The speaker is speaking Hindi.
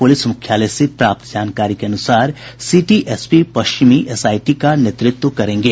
पुलिस मुख्यालय से प्राप्त जानकारी के अनुसार सिटी एसपी पश्चिमी एसआईटी का नेतृत्व करेंगे